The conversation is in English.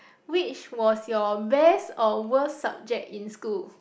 which was your best or worst subject in school